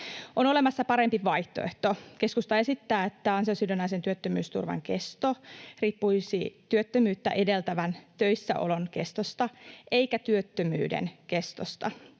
On olemassa parempi vaihtoehto: Keskusta esittää, että ansiosidonnaisen työttömyysturvan kesto riippuisi työttömyyttä edeltävän töissäolon kestosta eikä työttömyyden kestosta.